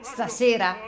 Stasera